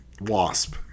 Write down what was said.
Wasp